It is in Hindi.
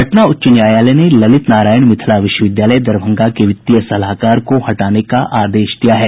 पटना उच्च न्यायालय ने ललित नारायण मिथिला विश्वविद्यालय दरभंगा के वित्तीय सलाहकार को हटाने का आदेश दिया है